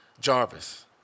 Jarvis